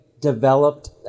developed